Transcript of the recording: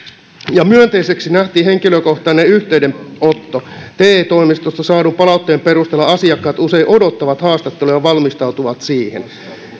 myönteiseksi nähtiin henkilökohtainen yhteydenotto te toimistoista saadun palautteen perusteella asiakkaat usein odottavat haastattelua ja valmistautuvat siihen